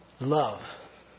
love